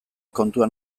kontuan